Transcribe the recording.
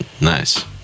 nice